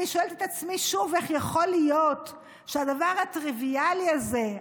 אני שואלת את עצמי שוב איך יכול להיות שהדבר הטריוויאלי הזה,